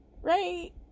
Right